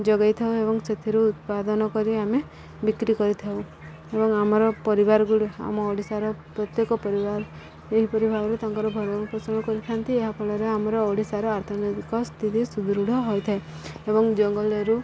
ଯୋଗେଇଥାଉ ଏବଂ ସେଥିରୁ ଉତ୍ପାଦନ କରି ଆମେ ବିକ୍ରି କରିଥାଉ ଏବଂ ଆମର ପରିବାର ଗୁଡ଼ିକ ଆମ ଓଡ଼ିଶାର ପ୍ରତ୍ୟେକ ପରିବାର ଏହିପରି ଭାବରେ ତାଙ୍କର ଭରଣ ପୋଷଣ କରିଥାନ୍ତି ଏହା ଫଳରେ ଆମର ଓଡ଼ିଶାର ଅର୍ଥନୈତିକ ସ୍ଥିତି ସୁଦୃଢ଼ ହୋଇଥାଏ ଏବଂ ଜଙ୍ଗଲରୁ